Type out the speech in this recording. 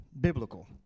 biblical